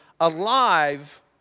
alive